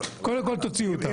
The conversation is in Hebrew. תוציאו אותם.